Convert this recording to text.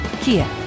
Kia